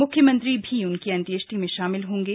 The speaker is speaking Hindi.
मुख्यमंत्री भी उनकी अंतयेष्टि में शामिल होंगे